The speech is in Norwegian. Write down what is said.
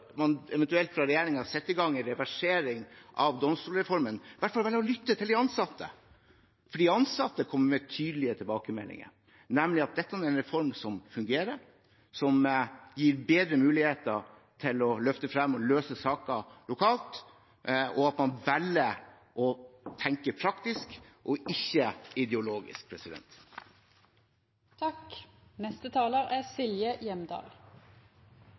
eventuelt setter i gang en reversering av domstolsreformen, i hvert fall kan lytte til de ansatte, for de ansatte kommer med tydelige tilbakemeldinger: nemlig at dette er en reform som fungerer, at den gir bedre muligheter til å løfte frem og løse saker lokalt, og at man velger å tenke praktisk og ikke ideologisk.